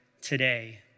today